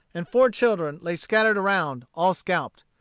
and four children lay scattered around, all scalped.